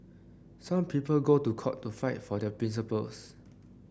some people go to court to fight for their principles